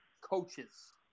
coaches